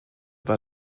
war